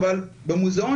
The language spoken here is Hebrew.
אבל במוזיאון,